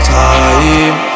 time